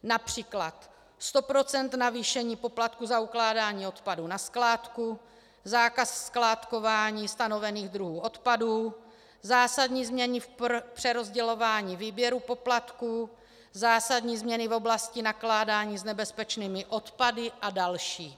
Například 100 % navýšení poplatků za ukládání odpadů na skládku, zákaz skládkování stanovených druhů odpadů, zásadní změny v přerozdělování výběru poplatků, zásadní změny v oblasti nakládání s nebezpečnými odpady a další.